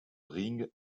ring